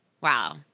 Wow